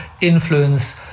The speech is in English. influence